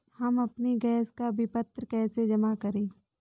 हम अपने गैस का विपत्र कैसे जमा करें?